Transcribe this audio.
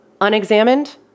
unexamined